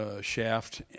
shaft